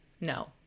No